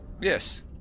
Yes